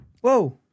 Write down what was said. Whoa